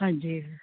ਹਾਂਜੀ